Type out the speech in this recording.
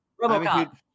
Robocop